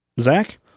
Zach